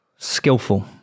Skillful